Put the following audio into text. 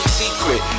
secret